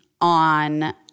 on